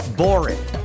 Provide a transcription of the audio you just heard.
boring